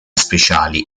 speciali